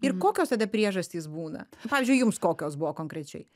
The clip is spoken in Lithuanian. ir kokios tada priežastys būna pavyzdžiui jums kokios buvo konkrečiai